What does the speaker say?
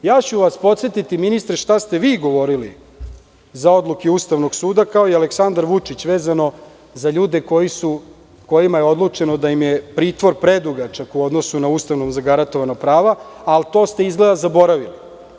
Podsetiću vas, ministre, šta ste vi govorili za odluke Ustavnog suda, kao i Aleksandar Vučić vezano za ljude kojima je odlučeno da im je pritvor predugačak u odnosu na Ustavom zagarantovano pravo, a to ste izgleda zaboravili.